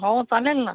हो चालेल ना